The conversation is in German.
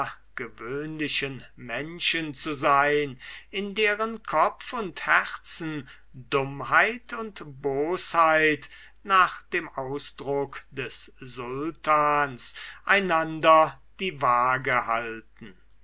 gewöhnlichen menschen zu sein in deren kopf und herzen dummheit und bosheit nach dem ausdruck des sultans einander die waage halten